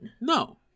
No